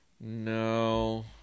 No